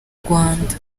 rwanda